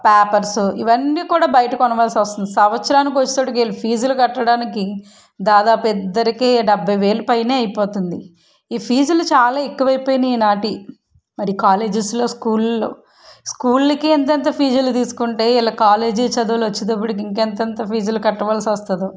papers ఇవన్నీ కూడా బయట కొనవల్సి వస్తుంది సంవత్సరానికి వచ్చేసరికి వీళ్ళ ఫీజులు కట్టడానికి దాదాపు ఇద్దరికి డెబ్భై వేలు పైన అయిపోతుంది ఈ ఫీజులు చాలా ఎక్కువై అయినాయి ఈ నాటి మరి కాలేజెస్లో స్కూళ్ళలలో స్కూళ్ళకే ఇంతంత ఫీజులు తీసుకుంటే వీళ్ళ కాలేజీ చదువులు వచ్చేటప్పుడుకి ఇంకా ఎంతెంత ఫీజులు కట్టవల్సి వస్తుందో